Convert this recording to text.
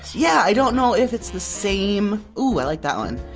yeah, i don't know if its the same. ooh, i like that one.